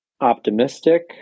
optimistic